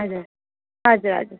हजुर हजुर हजुर